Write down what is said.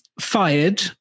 fired